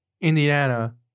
Indiana